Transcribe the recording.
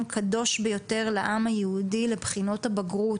קדוש ביותר לעם היהודי לבחינות הבגרות.